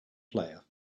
player